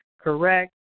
correct